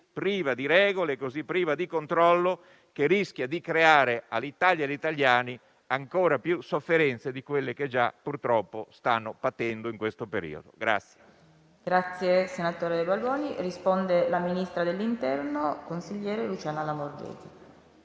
priva di regole e di controllo, che rischia di creare all'Italia e gli italiani ancora più sofferenze di quelle che già purtroppo stanno patendo in questo periodo.